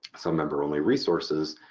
some member-only resources,